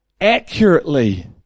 accurately